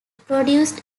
produced